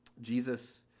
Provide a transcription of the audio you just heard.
Jesus